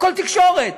הכול תקשורת.